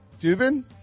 Dubin